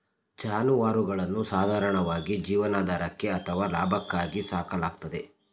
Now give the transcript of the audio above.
ಜಾನುವಾರುಗಳನ್ನು ಸಾಧಾರಣವಾಗಿ ಜೀವನಾಧಾರಕ್ಕೆ ಅಥವಾ ಲಾಭಕ್ಕಾಗಿ ಸಾಕಲಾಗ್ತದೆ